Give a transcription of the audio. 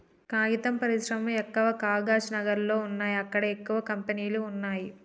కాగితం పరిశ్రమ ఎక్కవ కాగజ్ నగర్ లో వున్నాయి అక్కడ ఎక్కువ కంపెనీలు వున్నాయ్